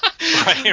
right